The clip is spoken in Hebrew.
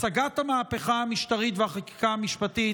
הצגת המהפכה המשטרית והחקיקה המשפטית